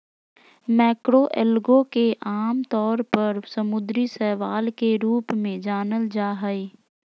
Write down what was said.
macroalgae के आमतौर पर समुद्री शैवाल के रूप में जानल जा हइ